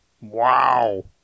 Wow